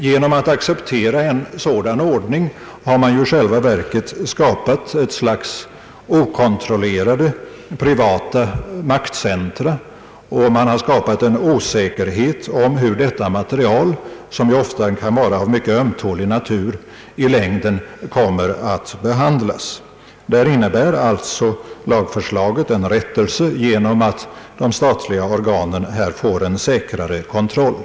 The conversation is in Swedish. Genom att acceptera den nu rådande ordningen har man ju skapat ett slags okontrollerade privata maktcentra, och man har skapat en osäkerhet om hur detta material, som ju ofta kan vara av mycket ömtålig natur, i längden kommer att behandlas. Där innebär alltså lagförslaget en rättelse genom att de statliga organen får en säkrare kontroll.